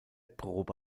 probe